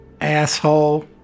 Asshole